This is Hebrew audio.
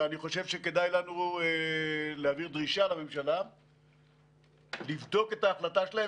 ואני חושב שכדאי לנו להעביר דרישה לממשלה לבדוק את ההחלטה שלהם